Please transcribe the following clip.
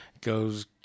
goes